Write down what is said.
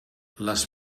les